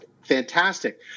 fantastic